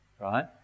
right